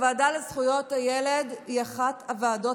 הוועדה לזכויות הילד היא אחת הוועדות,